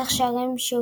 סך השערים שהובקעו.